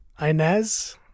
Inez